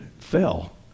fell